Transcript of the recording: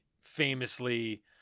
famously